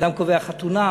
אדם קובע חתונה,